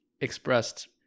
expressed